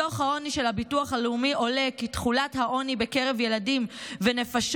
מדוח העוני של הביטוח הלאומי עולה כי תחולת העוני בקרב ילדים ונפשות